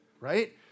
right